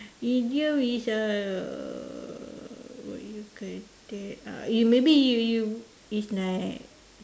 idiom is uh what you uh maybe you you it's like